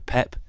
Pep